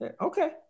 Okay